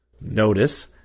Notice